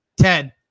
Ted